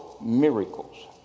miracles